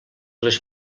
les